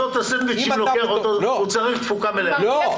הוא צריך תפוקה מלאה.